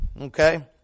okay